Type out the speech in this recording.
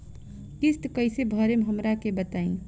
किस्त कइसे भरेम हमरा के बताई?